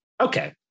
Okay